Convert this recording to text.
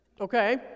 Okay